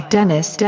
Dennis